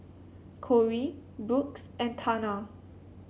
Kory Brooks and Tana